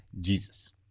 Jesus